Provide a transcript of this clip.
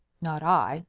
not i,